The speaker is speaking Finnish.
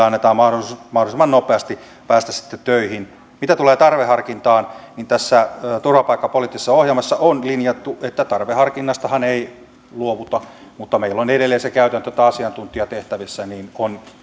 annetaan mahdollisuus mahdollisimman nopeasti päästä sitten töihin mitä tulee tarvehankintaan niin tässä turvapaikkapoliittisessa ohjelmassa on linjattu että tarveharkinnastahan ei luovuta mutta meillä on edelleen se käytäntö että asiantuntijatehtävissä on